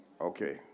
Okay